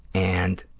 and